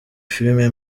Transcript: filime